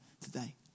today